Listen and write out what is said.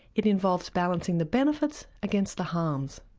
it involves balancing the benefits against the harms.